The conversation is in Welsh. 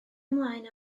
ymlaen